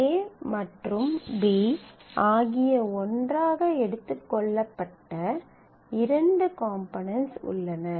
a மற்றும் b ஆகிய ஒன்றாக எடுத்துக் கொள்ளப்பட்ட இரண்டு காம்போனென்ட்ஸ் உள்ளன